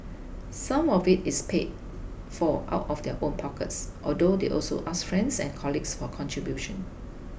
some of it is paid for out of their own pockets although they also ask friends and colleagues for contributions